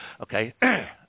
Okay